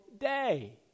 day